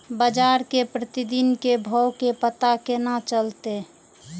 बजार के प्रतिदिन के भाव के पता केना चलते?